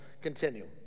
continue